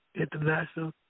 International